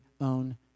own